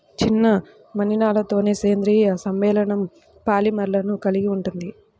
చిన్న మలినాలతోసేంద్రీయ సమ్మేళనంపాలిమర్లను కలిగి ఉంటుంది